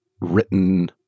written